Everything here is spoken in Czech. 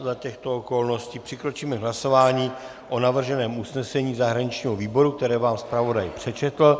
Za těchto okolností přikročíme k hlasování o navrženém usnesení zahraničního výboru, které vám zpravodaj přečetl.